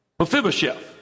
Mephibosheth